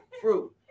fruit